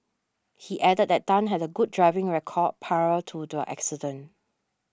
he added that Tan had a good driving record prior to the accident